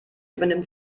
übernimmt